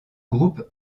groupe